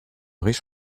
riche